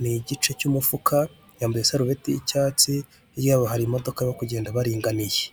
ni igice cy'umufuka, yambaye isarubeti y'icyatsi, hirya yabo hari imodoka bari kugenda baringaniye.